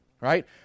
right